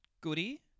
Goody